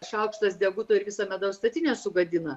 šaukštas deguto ir visą medaus statinę sugadina